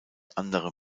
andere